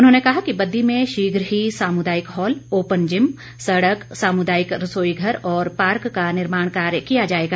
उन्होंने कहा कि बद्दी में शीघ्र ही सामुदायिक हॉल ओपन जिम सड़क सामुदायिक रसोईघर और पार्क का निर्माण कार्य किया जाएगा